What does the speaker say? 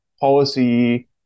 policy